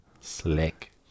Slick